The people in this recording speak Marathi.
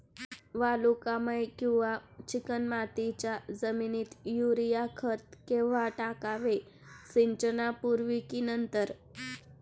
वालुकामय किंवा चिकणमातीच्या जमिनीत युरिया खत केव्हा टाकावे, सिंचनापूर्वी की नंतर?